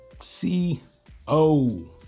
c-o